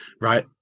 right